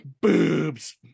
boobs